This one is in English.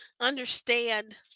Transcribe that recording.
understand